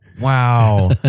Wow